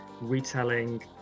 retelling